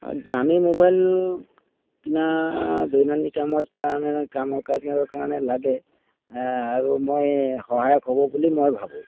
অঁ দামী মোবাইল কিনা দৈনন্দিন কামজ কামৰ কাৰণে কামৰ কাজ কাৰণে লাগে আৰু মই সহায়ক হ'ব বুলি মই ভাবোঁ